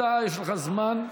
יש לך זמן,